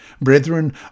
Brethren